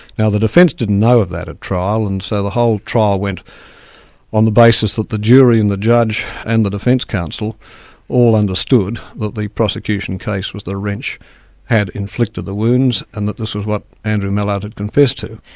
now the defence didn't know of that at trial, and so the whole trial went on the basis that the jury and the judge and the defence counsel all understand that the prosecution case was the wrench had inflicted the wounds, and that this is what andrew mallard had confessed to.